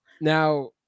now